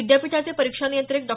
विद्यापीठाचे परीक्षा नियंत्रक डॉ